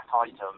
item